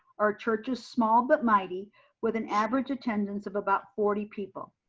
our church is small but mighty with an average attendance of about forty people.